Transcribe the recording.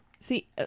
See